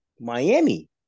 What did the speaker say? Miami